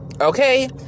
okay